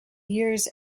years